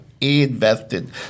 invested